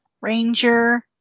ranger